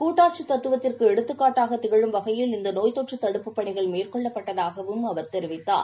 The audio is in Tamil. கூட்டாட்சி தத்துவத்திற்கு எடுத்துக்காட்டாக திகழும் வகையில் இந்த நோய் தொற்று தடுப்புப் பணிகள் மேற்கொள்ளப்பட்டதாகவும் அவர் தெரிவித்தார்